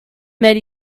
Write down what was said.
met